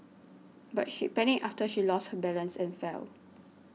but she panicked after she lost her balance and fell